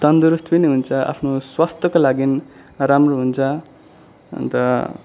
तन्दुरुस्त पनि हुन्छ आफ्नो स्वास्थ्यको लागि राम्रो हुन्छ अन्त